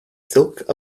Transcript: silk